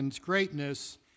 greatness